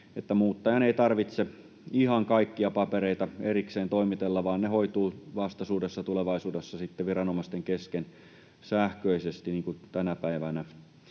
muuttajan ei tarvitse ihan kaikkia papereita erikseen toimitella, vaan ne hoituvat vastaisuudessa, tulevaisuudessa sitten viranomaisten kesken sähköisesti niin kuin tänä päivänä